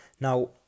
Now